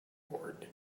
ward